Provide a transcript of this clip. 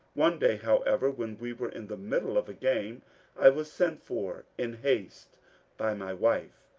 one day, however, when we were in the middle of a game i was sent for in haste by my wife.